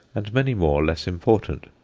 and many more less important.